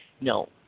No